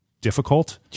difficult